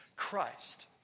Christ